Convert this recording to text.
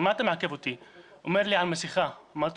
על מה אתה מעכב אותי' אמר לי 'על מסכה' אמרתי